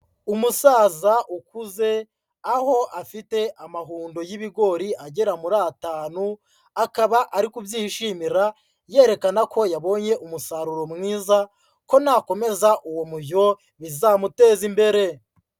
Umusaza ukuze aho afite amahundo y'ibigori agera muri atanu, akaba ari kubyishimira yerekana ko yabonye umusaruro mwiza ko nakomeza uwo mujyo bizamuteza imbere.